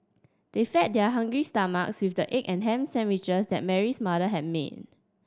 they fed their hungry stomachs with the egg and ham sandwiches that Mary's mother had made